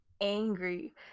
angry